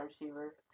receiver